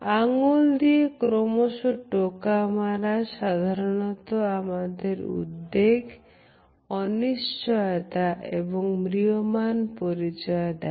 আঙ্গুল দিয়ে ক্রমশ টোকা মারা সাধারণত আমাদের উদ্বেগ অনিশ্চয়তা এবং ম্রিয়মাণ পরিচয় দেয়